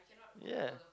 yeah